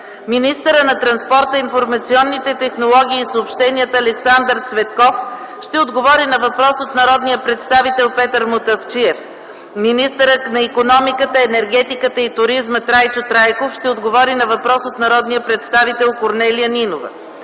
Министърът на транспорта, информационните технологии и съобщенията Александър Цветков ще отговори на въпрос от народния представител Петър Мутафчиев. Министърът на икономиката, енергетиката и туризма Трайчо Трайков ще отговори на въпрос от народния представител Корнелия Нинова.